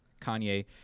Kanye